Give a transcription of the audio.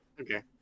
Okay